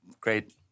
great